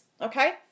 Okay